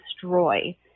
destroy